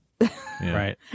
Right